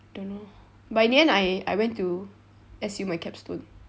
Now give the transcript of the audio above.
don't know but in the end I I went to S_U my capstone